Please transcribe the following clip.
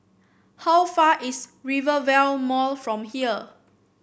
how far is Rivervale Mall from here